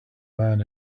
man